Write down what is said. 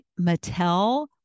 Mattel